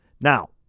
Now